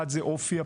אחד, אופי הפעילות.